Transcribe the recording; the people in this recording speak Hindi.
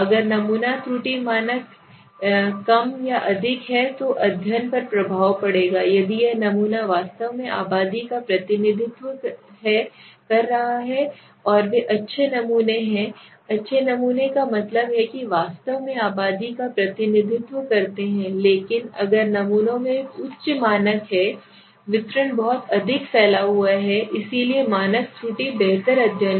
अगर नमूना त्रुटि मानक त्रुटि कम या अधिक है तो अध्ययन पर प्रभाव पड़ेगा यदि यह नमूना वास्तव में आबादी का प्रतिनिधित्व कर रहा है और वे अच्छे नमूने हैं अच्छे नमूने का मतलब है कि वास्तव में आबादी का प्रतिनिधित्व करते हैं लेकिन अगर नमूनों में एक उच्च मानक है वितरण बहुत अधिक फैला हुआ है इसलिए मानक त्रुटि बेहतर अध्ययन है